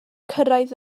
cyrraedd